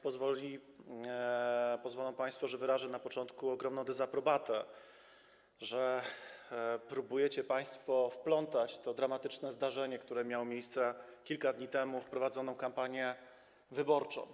Pozwolą państwo, że wyrażę na początku ogromną dezaprobatę, że próbujecie państwo wplątać to dramatyczne zdarzenie, które miało miejsce kilka dni temu, w prowadzoną kampanię wyborczą.